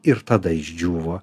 ir tada išdžiūvo